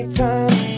times